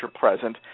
present